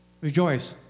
rejoice